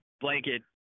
blanket